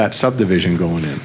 that subdivision going in